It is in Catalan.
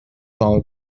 del